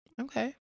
Okay